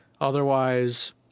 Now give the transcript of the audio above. Otherwise